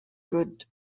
good